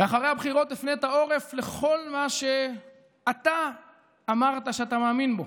ואחרי הבחירות הפנית עורף לכל מה שאתה אמרת שאתה מאמין בו.